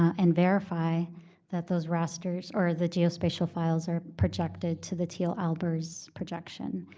and verify that those rasters or the geospatial files are projected to the teale albers projection.